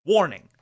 Warning